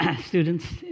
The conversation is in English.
students